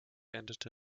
endete